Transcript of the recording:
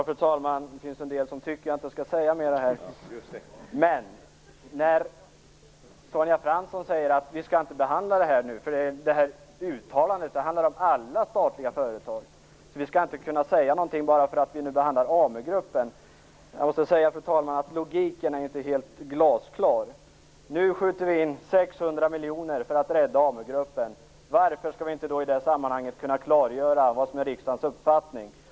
Fru talman! En del tycker att jag inte skall säga mer här i kväll. Men Sonja Fransson säger att vi inte skall behandla detta nu, för uttalandet handlar om alla statliga företag. Vi skall inte kunna säga något eftersom vi nu behandlar Amu-gruppen. Jag måste säga, fru talman, att logiken inte är helt glasklar. Nu skjuter vi in 600 miljoner kronor för att rädda Amu-gruppen. Varför skall vi inte i det sammanhanget klargöra riksdagens uppfattning?